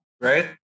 right